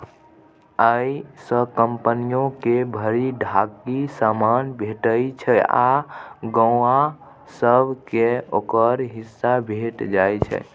अय सँ कंपनियो के भरि ढाकी समान भेटइ छै आ गौंआ सब केँ ओकर हिस्सा भेंट जाइ छै